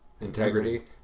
Integrity